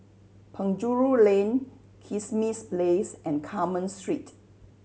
Penjuru Lane Kismis Place and Carmen Street